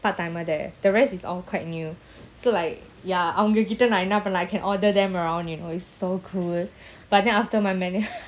part timer there the rest is all quite new so like ya um அவங்ககிட்டநான்என்னபண்ணலாம்:avangakita nan enna pannalam like I can order them around you know it's so cool but then after my mana~